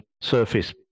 Surface